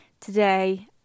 today